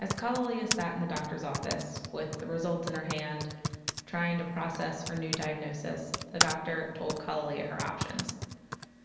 as kalalea sat in the doctor's office, with the results in her hands and trying to process her new diagnosis, the doctor told kalalea her options